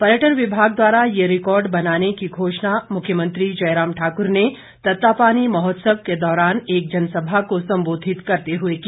पर्यटन विभाग द्वारा ये रिकॉर्ड बनाने की घोषणा मुख्यमंत्री जयराम ठाक्र ने तत्तापानी महोत्सव के दौरान एक जनसभा को संबोधित करते हुए की